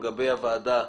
לגבי הוועדה,